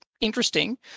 interesting